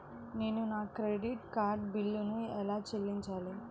నేను నా credit card బిల్లును ఎలా చెల్లించాలీ?